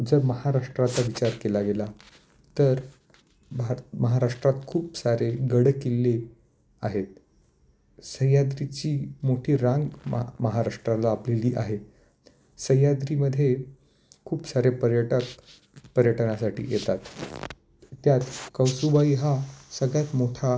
जर महाराष्ट्राचा विचार केला गेला तर भार महाराष्ट्रात खूप सारे गडकिल्ले आहेत सह्याद्रीची मोठी रांग महा महाराष्ट्राला लाभलेली आहे सह्याद्रीमध्ये खूप सारे पर्यटक पर्यटनासाठी येतात त्यात कळसूबाई हा सगळ्यात मोठा